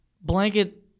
blanket